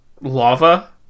lava